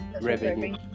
revenue